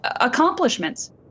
accomplishments